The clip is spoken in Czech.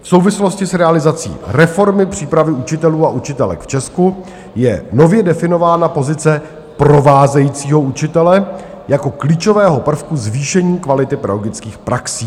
V souvislosti s realizací reformy přípravy učitelů a učitelek v Česku je nově definována pozice provázejícího učitele jako klíčového prvku zvýšení kvality pedagogických praxí.